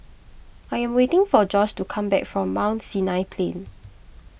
I am waiting for Josh to come back from Mount Sinai Plain